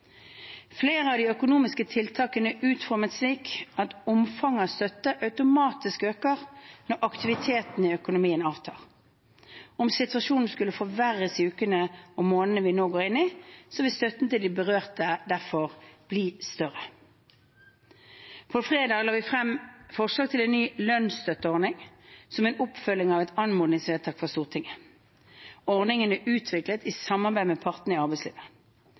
Flere av de økonomiske tiltakene er utformet slik at omfanget av støtte automatisk øker når aktiviteten i økonomien avtar. Om situasjonen skulle forverres i ukene og månedene vi nå går inn i, vil støtten til de berørte derfor bli større. På fredag la vi frem forslag til en ny lønnsstøtteordning, som er en oppfølging av et anmodningsvedtak fra Stortinget. Ordningen er utviklet i samarbeid med partene i arbeidslivet.